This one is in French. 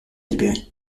libérer